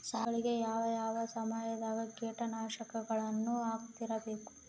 ಸಸಿಗಳಿಗೆ ಯಾವ ಯಾವ ಸಮಯದಾಗ ಕೇಟನಾಶಕಗಳನ್ನು ಹಾಕ್ತಿರಬೇಕು?